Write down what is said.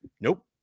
nope